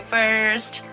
First